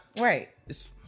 Right